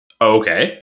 Okay